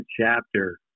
chapter